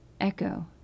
echo